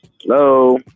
Hello